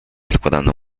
składanym